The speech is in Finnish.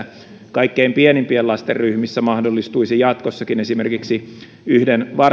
kaikkein pienimpien lasten ryhmissä mahdollistuisi jatkossa esimerkiksi yhden varhaiskasvatuksen